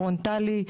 פרונטלי,